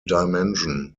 dimension